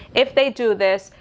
if they do this,